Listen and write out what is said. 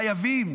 חייבים